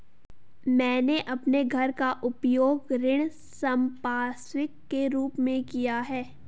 मैंने अपने घर का उपयोग ऋण संपार्श्विक के रूप में किया है